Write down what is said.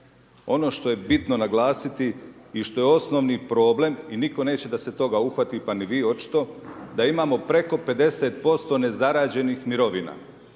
Ono što je bitno naglasiti i što je osnovni problem i nitko neće da se toga uhvati, pa ni vi očito, da imamo preko 50% nezarađenih mirovina.